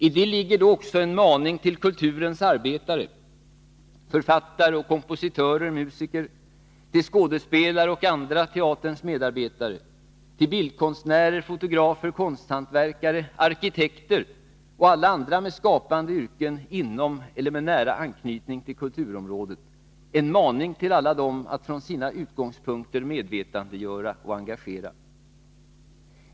I det ligger då också en maning till kulturens arbetare, författare, kompositörer och musiker, till skådespelare och andra av teaterns medarbetare, till bildkonstnärer, fotografer, konsthantverkare, arkitekter och alla andra med skapande yrken inom eller med nära anknytning till kulturom rådet att från sina utgångspunkter medvetandegöra och engagera.